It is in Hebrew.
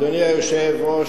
אדוני היושב-ראש,